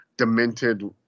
demented